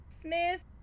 Smith